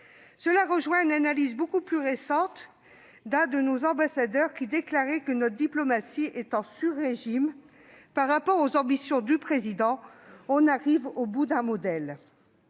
rejoint une analyse beaucoup plus récente de l'un de nos ambassadeurs, qui déclarait que « notre diplomatie est en surrégime par rapport aux ambitions du Président. On arrive au bout d'un modèle